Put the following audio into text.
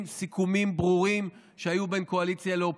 סיכומים ברורים שהיו בין הקואליציה לאופוזיציה.